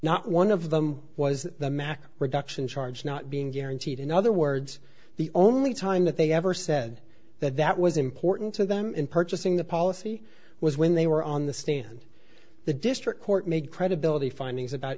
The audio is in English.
not one of them was the mack reduction charge not being guaranteed in other words the only time that they ever said that that was important to them in purchasing the policy was when they were on the stand the district court made credibility findings about